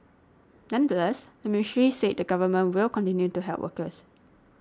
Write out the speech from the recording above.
nonetheless the ministry said the Government will continue to help workers